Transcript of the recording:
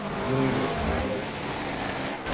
dealing with a lot of requests. like